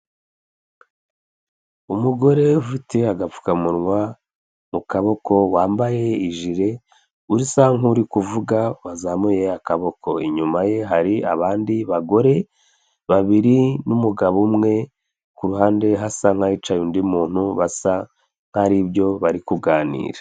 Umugore ufite agapfukamunwa mu kaboko wambaye ijile usa nk'uri kuvuga wazamuye akaboko, inyuma ye hari abandi bagore babiri n'umugabo umwe ku ruhande hasa nk'ahiicaye undi muntu basa nk'aho haribyo bari kuganira.